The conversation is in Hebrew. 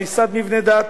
הריסת מבני דת,